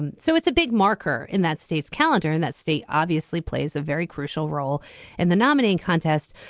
and so it's a big marker in that state's calendar in that state obviously plays a very crucial role in the nominating contests.